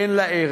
אין לה ערך.